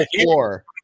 floor